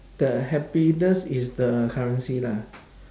the happiness is the currency lah